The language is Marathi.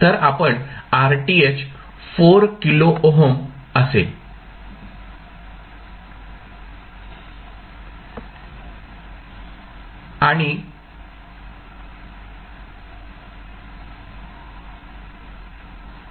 तर आपण RTh 4 किलो ओहम असेल